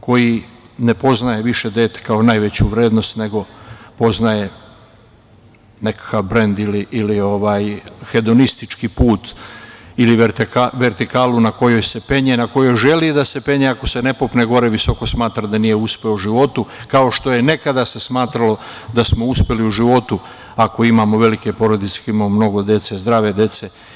koji ne poznaje više dete kao najveću vrednost, nego poznaje nekakav brend ili hedonistički put ili vertikalu na koju se penje ili na koju želi da se penje, a ako se ne popne gore visoko smatra da nije uspeo u životu, kao što se nekada smatralo da smo uspeli u životu ako imamo velike porodice i mnogo dece, zdrave dece.